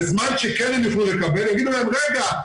בזמן שכו הם יוכלו לקבל יגידו להם 'רגע,